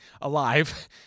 alive